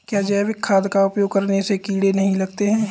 क्या जैविक खाद का उपयोग करने से कीड़े नहीं लगते हैं?